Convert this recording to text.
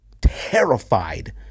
terrified